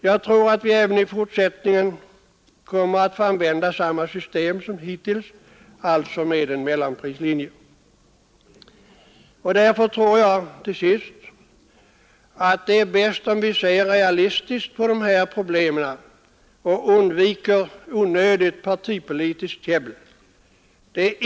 Jag tror att vi även i fortsättningen liksom hittills kommer att ha en mellanprislinje. Därför är det enligt min mening bäst att se realistiskt på dessa problem och undvika onödigt partipolitiskt käbbel.